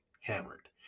hammered